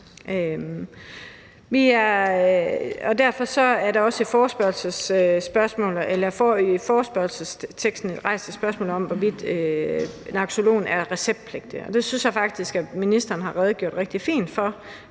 dér. Der er også i forespørgselsteksten rejst spørgsmålet om, hvorvidt naloxon skal være receptpligtig. Det synes jeg faktisk at ministeren har redegjort rigtig fint for,